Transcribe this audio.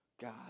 God